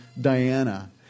Diana